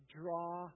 draw